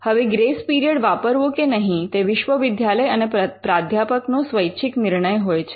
હવે grace period વાપરવો કે નહીં તે વિશ્વવિદ્યાલય અને પ્રાધ્યાપક નો સ્વૈચ્છિક નિર્ણય હોય છે